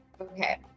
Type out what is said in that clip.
Okay